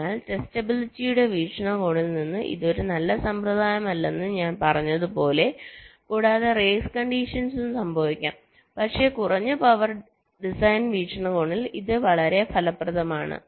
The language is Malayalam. അതിനാൽ ടെസ്റ്റബിലിറ്റിയുടെ വീക്ഷണകോണിൽ നിന്ന് ഇത് ഒരു നല്ല സമ്പ്രദായമല്ലെന്ന് ഞാൻ പറഞ്ഞതുപോലെ കൂടാതെ റേസ് കണ്ടിഷൻസും സംഭവിക്കാം പക്ഷേ കുറഞ്ഞ പവർ ഡിസൈൻ വീക്ഷണകോണിൽ ഇത് വളരെ ഫലപ്രദമാണ്